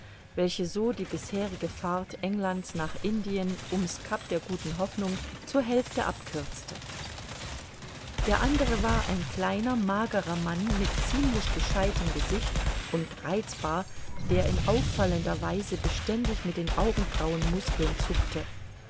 welche so die bisherige fahrt englands nach indien um's cap der guten hoffnung zur hälfte abkürzte der andere war ein kleiner magerer mann mit ziemlich gescheitem gesicht und reizbar der in auffallender weise beständig mit den augenbrauen muskeln zuckte